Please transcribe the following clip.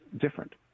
different